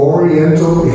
Oriental